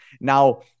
Now